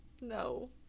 No